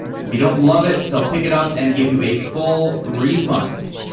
if you don't love it, they'll pick it up and give you a full refund.